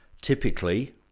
Typically